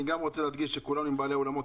גם אני רוצה להדגיש שכולנו עם בעלי האולמות.